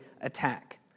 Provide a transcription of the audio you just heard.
attack